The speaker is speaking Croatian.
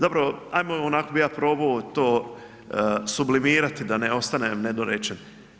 Zapravo ajmo, onako bih ja probao to sublimirati da ne ostanem nedorečen.